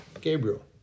Gabriel